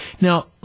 Now